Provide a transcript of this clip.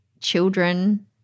children